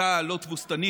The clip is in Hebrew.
צה"ל לא תבוסתני,